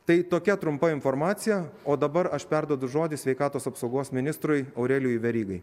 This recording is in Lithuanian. tai tokia trumpa informacija o dabar aš perduodu žodį sveikatos apsaugos ministrui aurelijui verygai